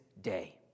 day